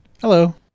Hello